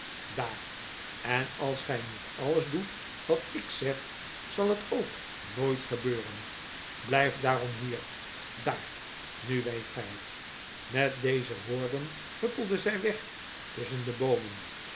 daar en als gij niet alles doet wat ik zeg zal het ook nooit gebeuren blijf daarom hier daar nu weet gij het met deze woorden huppelde zij weg tusschen de boomen